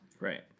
Right